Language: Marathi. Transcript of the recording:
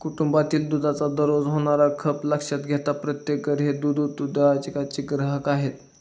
कुटुंबातील दुधाचा दररोज होणारा खप लक्षात घेता प्रत्येक घर हे दूध उद्योगाचे ग्राहक आहे